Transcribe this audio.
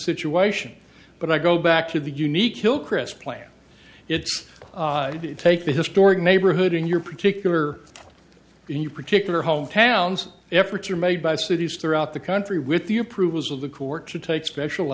situation but i go back to the unique skill chris plan it's to take the historic neighborhood in your particular and your particular home towns efforts are made by cities throughout the country with the approval of the court to take special